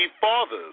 fathers